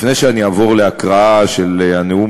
לפני שאעבור להקראת הנאום